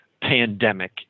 Pandemic